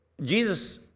Jesus